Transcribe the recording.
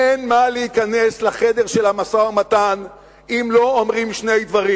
אין מה להיכנס לחדר של המשא-ומתן אם לא אומרים שני דברים: